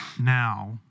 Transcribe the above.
now